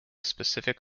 specific